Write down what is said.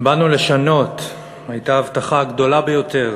"באנו לשנות" הייתה ההבטחה הגדולה ביותר